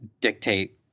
dictate